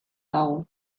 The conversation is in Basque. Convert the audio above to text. dago